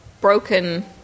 broken